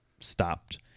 stopped